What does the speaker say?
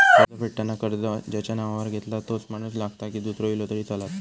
कर्ज फेडताना कर्ज ज्याच्या नावावर घेतला तोच माणूस लागता की दूसरो इलो तरी चलात?